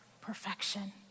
perfection